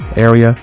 area